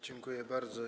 Dziękuję bardzo.